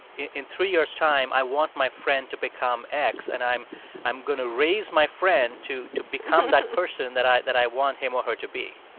in three years' time, i want my friend to become x, and i'm i'm going to raise my friend to to become that person that i that i want him or her to be